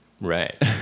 right